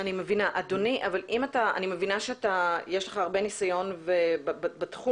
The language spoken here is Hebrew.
אני מבינה שיש לך הרבה ניסיון בתחום.